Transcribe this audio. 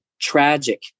tragic